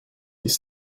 ist